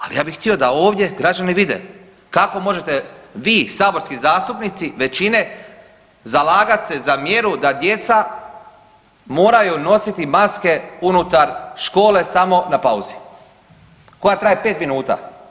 Ali ja bih htio da ovdje građani vide kako možete vi saborski zastupnici većine zalagat se za mjeru da djeca moraju nositi maske unutar škole samo na pauzi koja traje pet minuta.